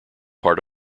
part